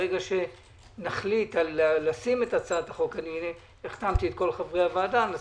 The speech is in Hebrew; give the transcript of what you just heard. ברגע שנחליט לשים את הצעת החוק החתמתי את כל חברי הוועדה - את